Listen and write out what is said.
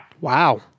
Wow